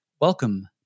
welcome